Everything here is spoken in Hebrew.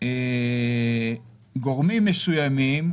גורמים מסוימים,